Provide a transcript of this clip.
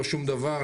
לא שום דבר,